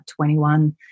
21